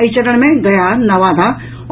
एहि चरण मे गया नवादा